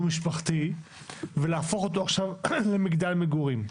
משפחתי ולהפוך אותו עכשיו למגדל מגורים.